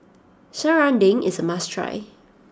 Serunding is a must try